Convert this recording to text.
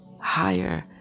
higher